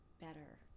better